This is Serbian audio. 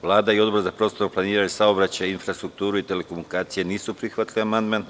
Vlada i Odbor za prostorno planiranje, saobraćaj, infrastrukturu i telekomunikacije nisu prihvatili amandman.